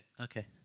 okay